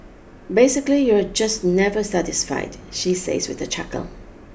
basically you're just never satisfied she says with a chuckle